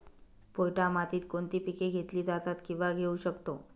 पोयटा मातीत कोणती पिके घेतली जातात, किंवा घेऊ शकतो?